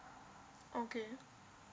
okay